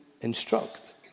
instruct